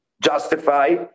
justify